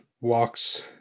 walks